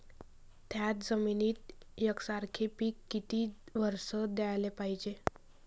थ्याच जमिनीत यकसारखे पिकं किती वरसं घ्याले पायजे?